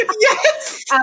Yes